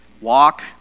Walk